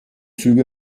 züge